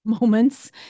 moments